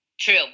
True